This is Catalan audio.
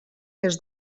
des